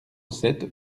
sept